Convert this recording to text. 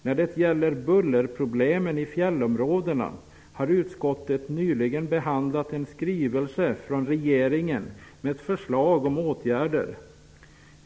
''När det gäller bullerproblemen i fjällområdena har utskottet nyligen behandlat en skrivelse från regeringen med förslag till åtgärder --.